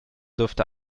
dürfte